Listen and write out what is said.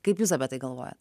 kaip jūs apie tai galvojat